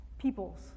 peoples